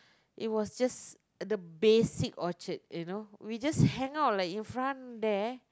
it was just the basic Orchard you know we just hang out like in front there